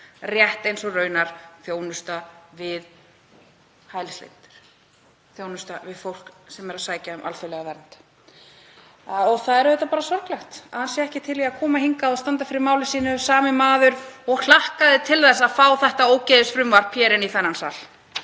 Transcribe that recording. rétt eins og raunar þjónusta við hælisleitendur, þjónusta við fólk sem er að sækja um alþjóðlega vernd. Það er auðvitað bara sorglegt að hann sé ekki til í að koma hingað og standa fyrir máli sínu, sami maður og hlakkaði til að fá þetta ógeðsfrumvarp hér inn í þennan sal.